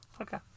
okay